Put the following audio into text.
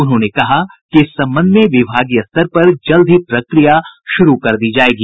उन्होंने कहा कि इस संबंध में विभागीय स्तर पर जल्द ही प्रक्रिया शुरू कर दी जायेगी